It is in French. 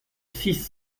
six